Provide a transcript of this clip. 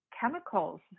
chemicals